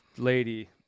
Lady